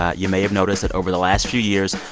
ah you may have noticed that over the last few years,